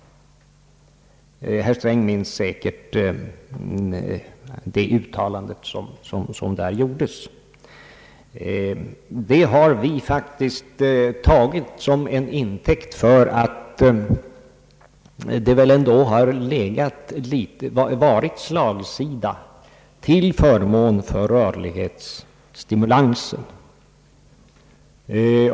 Herr Sträng minns säkert det uttalande som gjordes, och jag menar att man då har skäl att bli tvivlande om regeringens ståndpunkt. Detta har vi faktiskt tagit till intäkt för att det ändå varit slagsida till förmån för rörlighetsstimulansen.